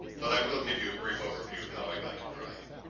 but i will give you a brief overview of how i got to where i am.